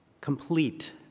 complete